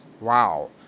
wow